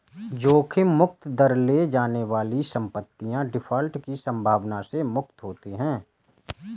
जोखिम मुक्त दर ले जाने वाली संपत्तियाँ डिफ़ॉल्ट की संभावना से मुक्त होती हैं